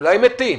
אולי מתים.